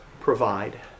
provide